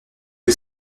que